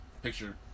Picture